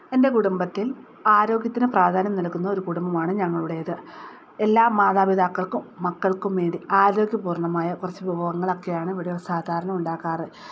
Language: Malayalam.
എൻ്റെ കുടുംബത്തിൽ ആരോഗ്യത്തിന് പ്രാധാന്യം നൽകുന്ന ഒരു കുടുംബമാണ് ഞങ്ങളുടേത് എല്ലാ മാതാപിതാക്കൾക്കും മക്കൾക്കും വേണ്ടി ആരോഗ്യ പൂർണ്ണമായ കുറച്ച് വിഭവങ്ങൾ ഒക്കെയാണ് സാധാരണ ഉണ്ടാക്കാറ്